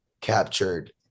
captured